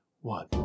one